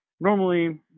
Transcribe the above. normally